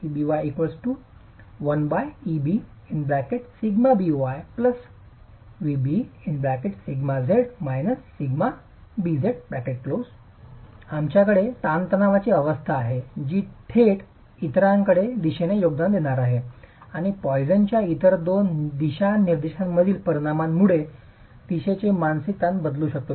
εby 1 ⎡⎣σby νb σz − σbx ⎤⎦ b आमच्याकडे ताणतणावाची अवस्था आहे जी थेट इतरांचे दिशेने योगदान देणार आहे आणि पॉईसनच्या इतर दोन दिशानिर्देशांमधील परिणामामुळे दिशेने मानसिक ताण बदलू शकतो